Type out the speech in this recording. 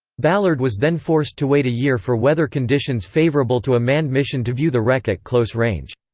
ballard was then forced to wait a year for weather conditions favorable to a manned mission to view the wreck at close range.